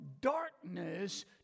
darkness